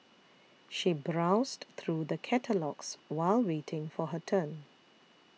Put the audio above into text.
she browsed through the catalogues while waiting for her turn